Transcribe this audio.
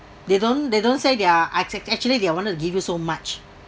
they don't they don't say they're ac~ ac~ actually they're wanted to give you so much